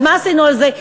אז מה עשינו בזה?